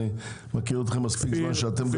אני מכיר אתכם מספיק זמן שאתם גם קובעים.